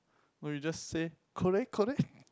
no you just say kore kore